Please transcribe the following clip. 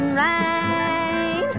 rain